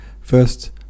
First